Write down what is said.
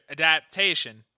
adaptation